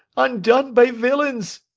undone by villains!